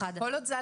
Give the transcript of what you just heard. בפעילות?